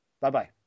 Bye-bye